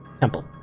temple